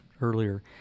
earlier